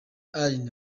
allen